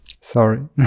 Sorry